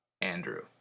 Andrew